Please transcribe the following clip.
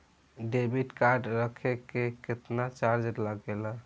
Debit card रखे के केतना चार्ज लगेला?